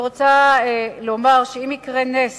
אני רוצה לומר שאם יקרה נס,